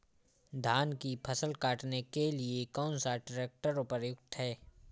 धान की फसल काटने के लिए कौन सा ट्रैक्टर उपयुक्त है?